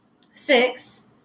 six